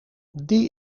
die